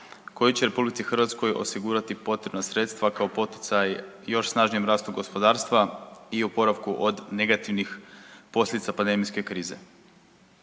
koji će RH osigurati potrebna sredstva kao poticaj još snažnijem rastu gospodarstva i oporavku od negativnih posljedica pandemijske krize.